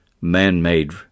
man-made